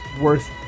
worth